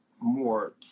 more